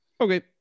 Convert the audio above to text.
Okay